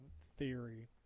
theory